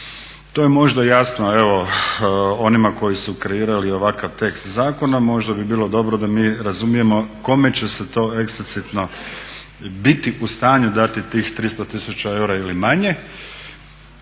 To je možda jasno evo onima koji su kreirali ovakav tekst zakona. Možda bi bilo dobro da mi razumijemo kome će se to eksplicitno biti u stanju dati tih 300 000 eura ili manje,